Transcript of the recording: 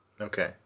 Okay